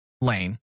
Lane